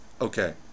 Okay